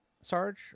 Sarge